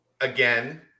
again